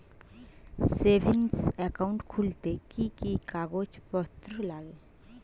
Savings account খুলতে কি কি কাগজপত্র লাগে?